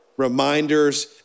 reminders